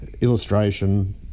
illustration